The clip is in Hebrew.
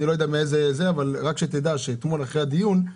רק שתדע שאתמול אחרי הדיון,